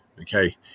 Okay